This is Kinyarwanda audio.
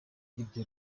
ibyo